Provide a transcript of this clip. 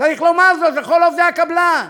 צריך לומר זאת לכל עובדי הקבלן,